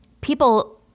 people